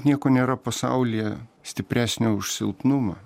nieko nėra pasaulyje stipresnio už silpnumą